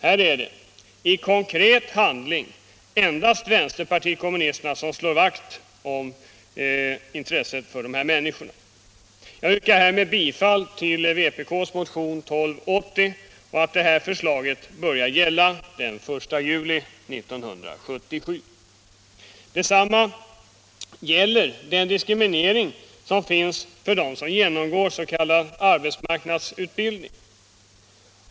Här är det, i konkret handling, endast vänsterpartiet kommunisterna som slår vakt om dessa människor. Detsamma som här anförts gäller den diskriminering som finns för dem som genomgår s.k. arbetsmarknadsutbildning.